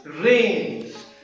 rains